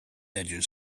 edges